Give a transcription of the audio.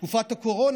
בתקופת הקורונה,